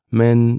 men